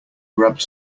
grabbed